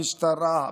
המשטרה,